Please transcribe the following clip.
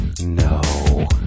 No